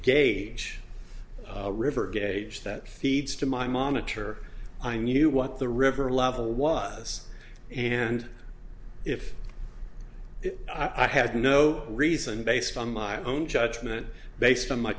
gauge river gauge that feeds to my monitor i knew what the river level was and if i had no reason based on my own judgment based on my